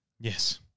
Yes